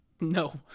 No